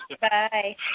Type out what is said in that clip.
Bye